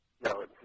No